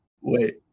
Wait